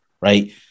right